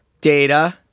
Data